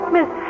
Miss